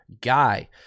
guy